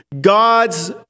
God's